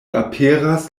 aperas